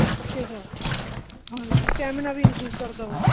okay sir ਹਾਂਜੀ stamina ਵੀ increase ਕਰਦਾ ਹੋਊ